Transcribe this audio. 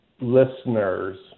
listeners